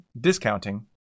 discounting